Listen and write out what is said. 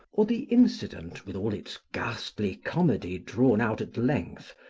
or the incident, with all its ghastly comedy drawn out at length,